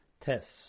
Tests